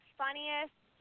funniest